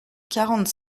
quarante